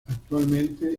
actualmente